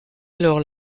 alors